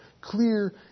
clear